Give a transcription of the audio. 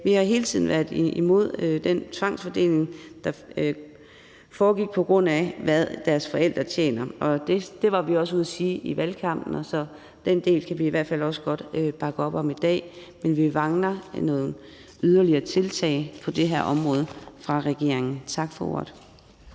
Vi har hele tiden været imod den tvangsfordeling, der foregik, på baggrund af hvad forældrene tjener, og det var vi også ude at sige i valgkampen, så den del kan vi i hvert fald også godt bakke op om i dag. Men vi mangler nogle yderligere tiltag på det her område fra regeringens side. Tak for ordet.